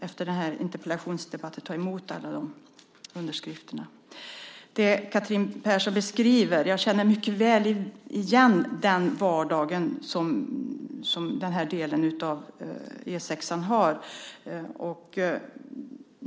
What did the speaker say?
Efter interpellationsdebatten ska jag ta emot alla dessa underskrifter. Jag känner mycket väl igen den vardag som Catherine Persson beskriver när det gäller den här delen av E 6.